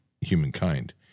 humankind